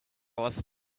was